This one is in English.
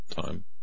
time